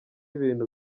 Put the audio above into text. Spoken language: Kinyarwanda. ibintu